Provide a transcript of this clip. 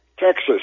Texas